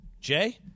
Jay